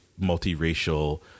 multiracial